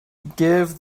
give